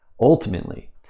ultimately